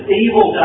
evil